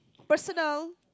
personal